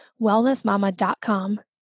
wellnessmama.com